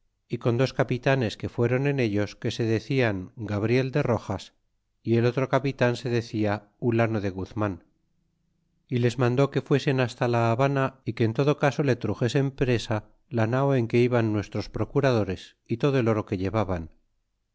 y con dos capitanes que fuéron en ellos que se decian gabriel de rojas y el otro capitan se decia hulano de guzman y les mandó que fuesen hasta la habana y que en todo caso le truxesen presa la nao en que iban nuestros procuradores y todo el oro que llevaban